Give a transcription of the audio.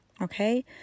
Okay